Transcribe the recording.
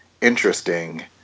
interesting